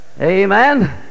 Amen